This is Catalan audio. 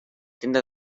tenda